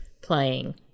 playing